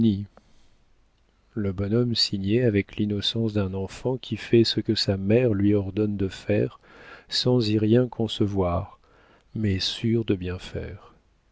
le bonhomme signait avec l'innocence d'un enfant qui fait ce que sa mère lui ordonne de faire sans y rien concevoir mais sûr de bien faire